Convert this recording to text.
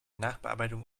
nachbearbeitung